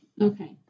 Okay